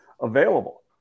available